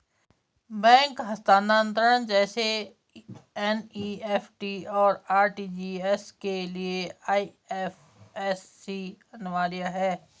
bank हस्तांतरण जैसे NEFT, और आर.टी.जी.एस के लिए आई.एफ.एस.सी अनिवार्य है